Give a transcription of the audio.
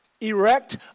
erect